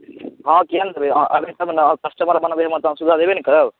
हँ किआ नहि देबै अहाँ एबै तब ने अहाँ कस्टमर बनबै हमर तऽ हम सुविधा देबे ने करब